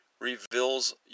Reveals